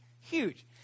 Huge